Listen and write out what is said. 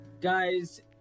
Guys